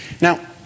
Now